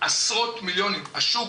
עשרות מיליונים השוק,